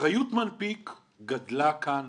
אחריות מנפיק גדלה כאן